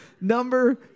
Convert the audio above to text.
number